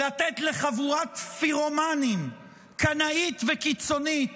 לתת לחבורת פירומנים קנאית וקיצונית